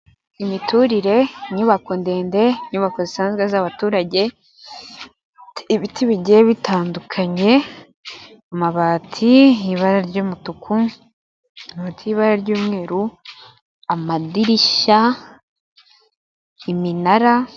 Imiturire, inyubako ndende, inyubako zisanzwe z'abaturage, ibiti bigiye bitandukanye, amabati y'ibara ry'umutuku, amabati y'ibara ry'umweru amadirishya, iminara,